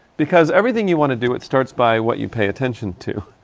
because everything you want to do it starts by what you pay attention to.